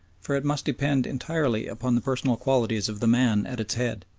for it must depend entirely upon the personal qualities of the man at its head.